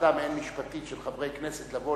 לוועדה מעין משפטית של חברי כנסת לבוא